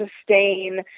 sustain